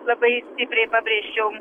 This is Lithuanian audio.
labai stipriai pabrėžčiau